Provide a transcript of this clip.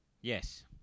Yes